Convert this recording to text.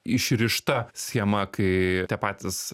išrišta schema kai tie patys